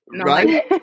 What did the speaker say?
right